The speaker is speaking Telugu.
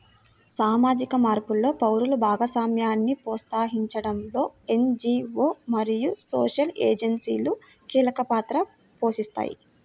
సామాజిక మార్పులో పౌరుల భాగస్వామ్యాన్ని ప్రోత్సహించడంలో ఎన్.జీ.వో మరియు సోషల్ ఏజెన్సీలు కీలక పాత్ర పోషిస్తాయి